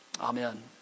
Amen